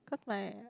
because my